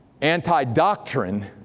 anti-doctrine